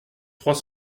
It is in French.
trois